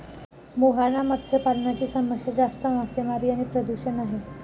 मुहाना मत्स्य पालनाची समस्या जास्त मासेमारी आणि प्रदूषण आहे